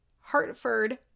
Hartford